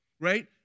right